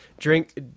Drink